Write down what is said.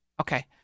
Okay